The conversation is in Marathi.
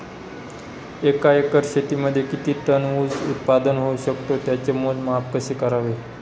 एका एकर शेतीमध्ये किती टन ऊस उत्पादन होऊ शकतो? त्याचे मोजमाप कसे करावे?